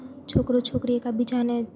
છોકરો છોકરી એકબીજાને